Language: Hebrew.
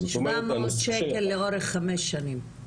זאת אומרת --- שבע מאות שקל לאורך חמש שנים.